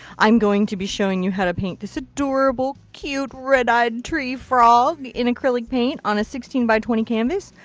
i'm going to be showing you how to paint this adorable cute red eyed tree frog in acrylic paint on a sixteen x twenty canvas.